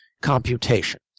computation